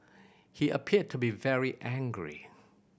he appeared to be very angry